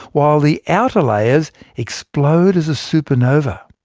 while the outer layers explode as a supernova.